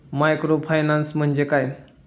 Microfinance म्हणजे काय?